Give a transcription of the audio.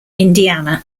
indiana